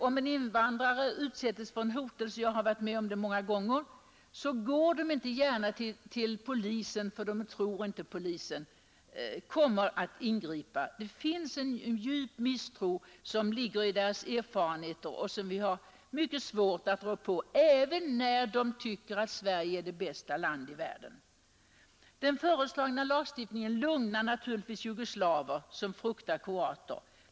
Om invandrare utsätts för en hotelse — jag har varit med om detta många gånger — går de inte gärna till polisen, eftersom de inte tror att polisen kommer att ingripa. Det finns hos dem en djup misstro, som bottnar i deras tidigare erfarenheter och som är mycket svår att rå på, även när de tycker att Sverige är det bästa landet i världen. Den föreslagna lagstiftningen lugnar naturligtvis de jugoslaver som fruktar kroater.